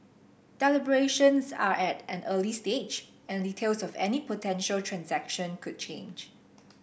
deliberations are at an early stage and details of any potential transaction could change